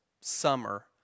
summer